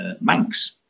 Manx